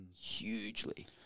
hugely